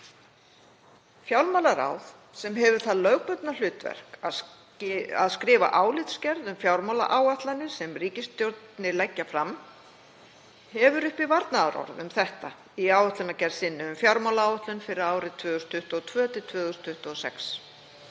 Fjármálaráð, sem hefur það lögbundna hlutverk að skrifa álitsgerð um fjármálaáætlanir sem ríkisstjórnir leggja fram, hefur uppi varnaðarorð um þetta í álitsgerð sinni um fjármálaáætlunina fyrir árin 2022–2026.